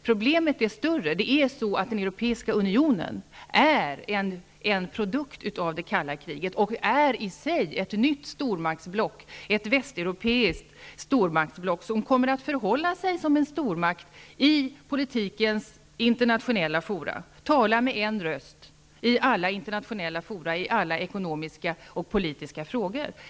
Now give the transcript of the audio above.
Problemet är större -- den europeiska unionen är en produkt av det kalla kriget och är i sig ett nytt, västeuropeiskt stormaktsblock, som kommer att förhålla sig som en stormakt i alla politikens internationella fora och som en stormakt, tala med en röst i alla ekonomiska och politiska frågor.